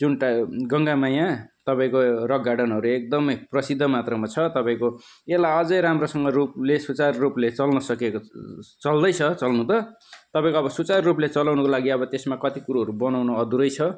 जुन टा गङ्गामाया तपाईँको रक गार्डनहरू एकदमै प्रसिद्ध मात्रामा छ तपाईँको यसलाई अझ राम्रोसँग रूपले सुचारु रूपले चल्न सकेको चल्दैछ चल्नु त तपाईँको अब सुचारु रूपले चलाउनुको लागि अब त्यसमा कति कुरोहरू बनाउनु अधुरै छ